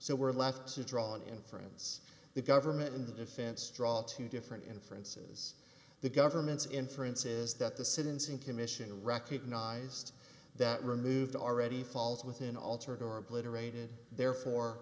so we're left to draw an inference the government and the defense draw two different inferences the government's inference is that the sentencing commission recognized that removed already falls within altered or obliterated therefore